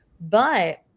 But-